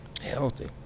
healthy